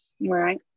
Right